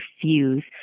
fuse